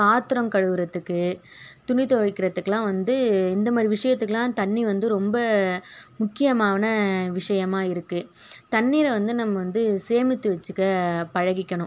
பாத்தரம் கழுவுறத்துக்கு துணி துவைக்கிறத்துக்கலாம் வந்து இந்த மாதிரி விஷயத்துக்குலாம் தண்ணி வந்து ரொம்ப முக்கியமான விஷயமாக இருக்கு தண்ணீரை வந்து நம்ம வந்து சேமித்து வச்சிக்க பழகிக்கணும்